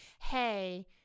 hey